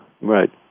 Right